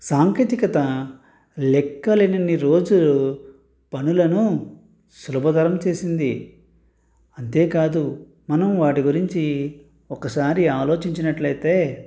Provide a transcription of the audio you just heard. సాంకేతికత లెక్కలేనన్ని రోజులు పనులను సులభతరం చేసింది అంతేకాదు మనం వాటి గురించి ఒకసారి ఆలోచించినట్లయితే